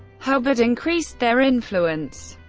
hubbard increased their influence.